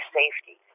safety